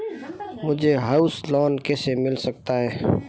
मुझे house loan कैसे मिल सकता है?